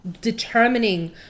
determining